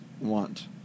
want